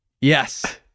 Yes